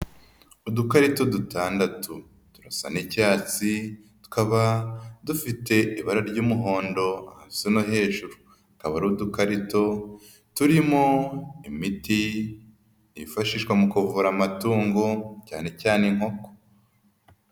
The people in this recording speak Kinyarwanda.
Udukarito dutandatu turasa n'icyatsi. Tukaba dufite ibara ry'umuhondo hasi no hejuru. Tukaba ari udukarito turimo imiti, yifashishwa mu kuvura amatungo cyane cyane inkoko.